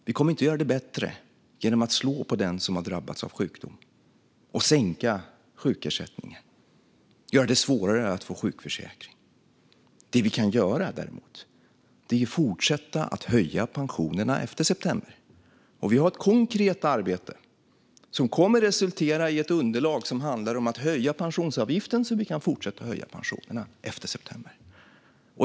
Vi kommer inte att göra det bättre genom att slå på den som har drabbats av sjukdom genom att sänka sjukersättningen och göra det svårare att få sjukförsäkring. Vad vi däremot kan göra är att fortsätta att höja pensionerna efter september. Vi har ett konkret arbete som kommer att resultera i ett underlag som handlar om att höja pensionsavgiften så att vi kan fortsätta att höja pensionerna efter september.